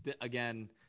Again